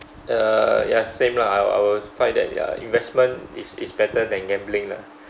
uh ya same lah I will I will find that ya investment is is better than gambling lah